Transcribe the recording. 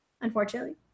unfortunately